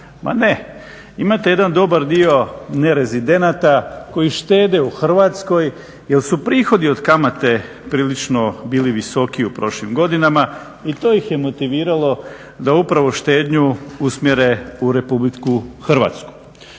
Ma ne, imate jedan dobar dio nerezidenata koji štede u Hrvatskoj jer su prihodi od kamate prilično bili visoki u prošlim godinama i to ih je motiviralo da upravo štednju usmjere u RH.